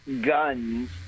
guns